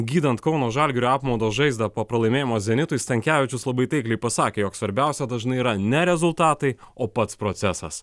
gydant kauno žalgirio apmaudo žaizdą po pralaimėjimo zenitui stankevičius labai taikliai pasakė jog svarbiausia dažnai yra ne rezultatai o pats procesas